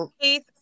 Keith